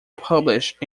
published